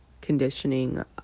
conditioning